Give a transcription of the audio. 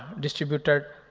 distributor